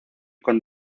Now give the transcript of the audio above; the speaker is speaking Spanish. con